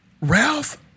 Ralph